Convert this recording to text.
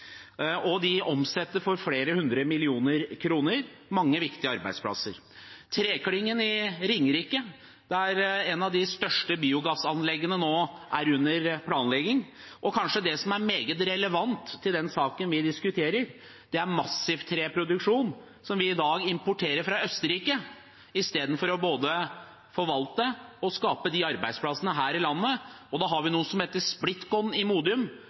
De omsetter for flere hundre millioner kroner – mange viktige arbeidsplasser. Hos Trekling i Ringerike er en av de største biogassanleggene nå under planlegging. Det som kanskje er meget relevant med hensyn til den saken vi diskuterer, er massiv treproduksjon – i dag importerer vi fra Østerrike istedenfor både å forvalte og skape de arbeidsplassene her i landet. Så har vi noe som heter Splitkon i Modum,